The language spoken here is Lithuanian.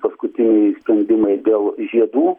paskutiniai sprendimai dėl žiedų